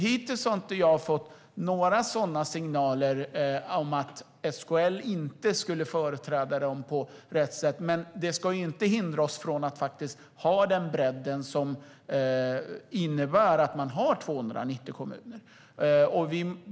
Hittills har jag inte fått några signaler om att SKL inte skulle företräda kommunerna på rätt sätt, men detta ska inte hindra oss från att ha den bredd som det innebär att ha 290 kommuner.